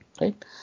right